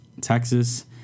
Texas